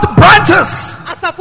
branches